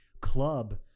club